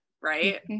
right